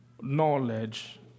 knowledge